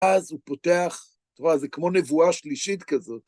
אז הוא פותח, אתה רואה, זה כמו נבואה שלישית כזאת.